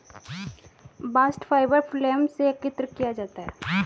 bast fibre phloem से एकत्र किया जाता है